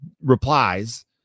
replies